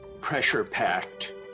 pressure-packed